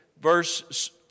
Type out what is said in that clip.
verse